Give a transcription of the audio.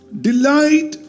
Delight